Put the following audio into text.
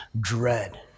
dread